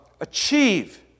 achieve